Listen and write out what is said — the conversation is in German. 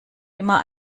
immer